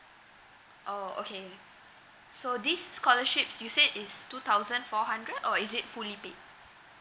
oh okay so this scholarships you said it's two thousand four hundred or is it fully paid